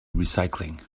recycling